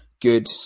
good